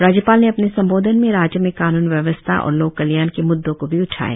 राज्यपाल ने अपने संबोधन में राज्य में कानून व्यवस्था और लोक कल्याण के मुद्दों को भी उठाया